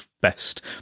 best